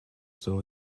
still